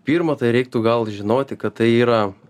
pirma tai reiktų gal žinoti kad tai yra